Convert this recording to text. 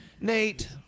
Nate